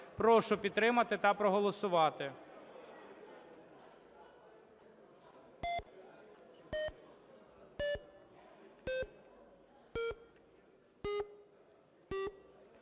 Прошу підтримати та проголосувати.